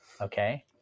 Okay